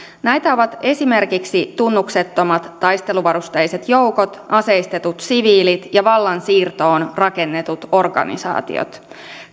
näitä ovat esimerkiksi tunnuksettomat taisteluvarusteiset joukot aseistetut siviilit ja vallansiirtoon rakennetut organisaatiot